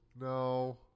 No